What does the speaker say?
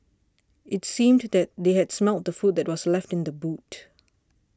it seemed that they had smelt the food that was left in the boot